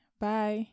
Bye